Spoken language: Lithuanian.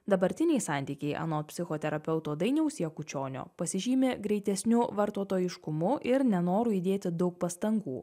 dabartiniai santykiai anot psichoterapeuto dainiaus jakučionio pasižymi greitesniu vartotojiškumu ir nenoru įdėti daug pastangų